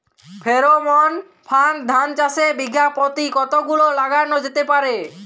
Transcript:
Pheromone ফাঁদ ধান চাষে বিঘা পতি কতগুলো লাগানো যেতে পারে?